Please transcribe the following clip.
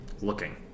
looking